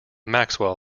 maxwell